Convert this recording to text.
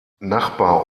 nachbar